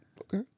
Okay